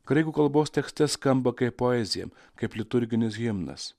graikų kalbos tekste skamba kaip poezija kaip liturginis himnas